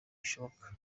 bishoboka